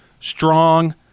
Strong